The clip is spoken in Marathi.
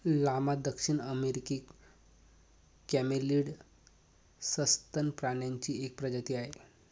लामा दक्षिण अमेरिकी कॅमेलीड सस्तन प्राण्यांची एक प्रजाती आहे